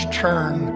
turn